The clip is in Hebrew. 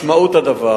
משמעות הדבר